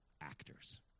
actors